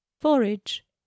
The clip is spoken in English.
Forage